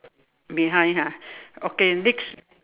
behind ha okay next